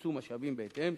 והוקצו משאבים בהתאם,